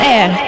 Air